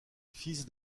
fils